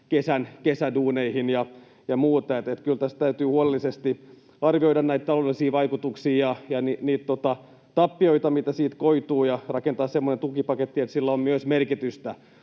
kesän kesäduuneihin ja muuta, niin että kyllä tässä täytyy huolellisesti arvioida näitä taloudellisia vaikutuksia ja niitä tappioita, joita siitä koituu, ja rakentaa semmoinen tukipaketti, että sillä on myös merkitystä.